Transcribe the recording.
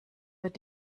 wird